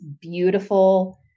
beautiful